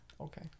Okay